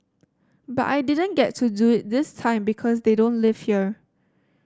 but I didn't get to do it this time because they don't live here